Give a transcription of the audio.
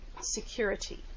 security